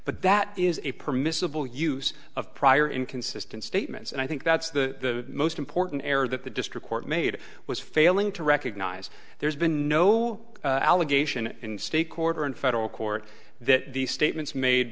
but that is a permissible use of prior inconsistent statements and i think that's the most important error that the district court made was failing to recognize there's been no allegation in state court or in federal court that the statements made